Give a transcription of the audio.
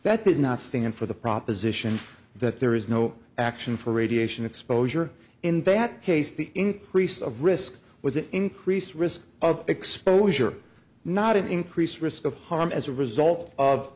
that did not stand for the proposition that there is no action for radiation exposure in that case the increase of risk was an increased risk of exposure not an increased risk of harm as a result of